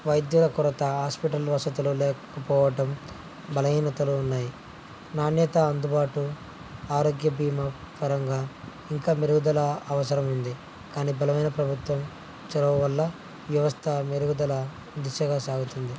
వైద్యుల కొరత హాస్పిటల్ వసతులు లేకపోవటం బలహీనతలు ఉన్నాయి నాణ్యత అందుబాటు ఆరోగ్య బీమా పరంగా ఇంకా మెరుగుదల అవసరం ఉంది కానీ బలమైన ప్రభుత్వం చొరవ వల్ల వ్యవస్థ మెరుగుదల దిశగా సాగుతుంది